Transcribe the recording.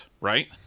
right